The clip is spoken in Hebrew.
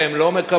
והם לא מקבלים.